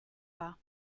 pas